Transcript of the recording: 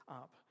up